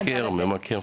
ממכר.